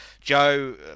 Joe